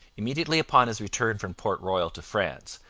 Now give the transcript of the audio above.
immediately upon his return from port royal to france,